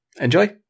Enjoy